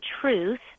truth